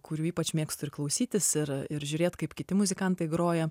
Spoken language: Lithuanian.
kurių ypač mėgstu ir klausytis ir ir žiūrėt kaip kiti muzikantai groja